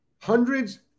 Hundreds